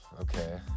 okay